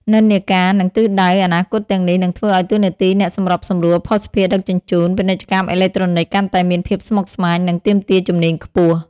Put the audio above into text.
និន្នាការ និងទិសដៅអនាគតទាំងនេះនឹងធ្វើឱ្យតួនាទីអ្នកសម្របសម្រួលភស្តុភារដឹកជញ្ជូន ពាណិជ្ជកម្មអេឡិចត្រូនិក កាន់តែមានភាពស្មុគស្មាញ និងទាមទារជំនាញខ្ពស់។